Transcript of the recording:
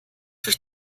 durch